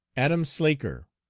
adam slaker,